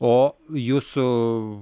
o jūsų